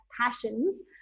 passions